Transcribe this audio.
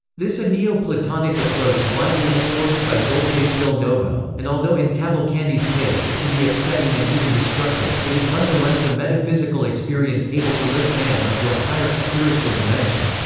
this a neo-platonic approach widely endorsed by dolce stil novo, and although in cavalcanti's case it can be upsetting and even destructive, it is nonetheless a metaphysical experience able to lift man onto a higher, spiritual dimension.